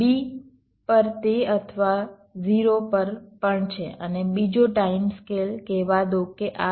b પર તે અથવા 0 પર પણ છે અને બીજો ટાઇમ સ્કેલ કહેવા દો કે આ 0